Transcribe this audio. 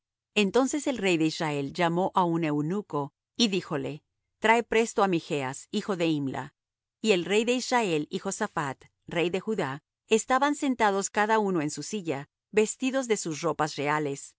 entonces el rey de israel llamó á un eunuco y díjole trae presto á michas hijo de imla y el rey de israel y josaphat rey de judá estaban sentados cada uno en su silla vestidos de sus ropas reales